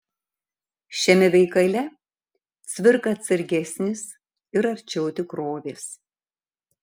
šiame veikale cvirka atsargesnis ir arčiau tikrovės